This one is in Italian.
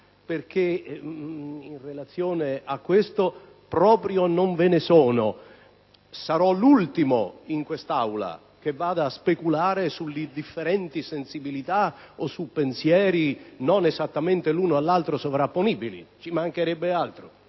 perché in relazione a questo proprio non ve ne sono. Sarò l'ultimo in questa Aula ad andare a speculare sulle differenti sensibilità o su pensieri non esattamente l'uno all'altro sovrapponibili. Questo